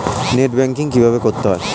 Net banking কীভাবে করতে হয়?